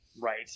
Right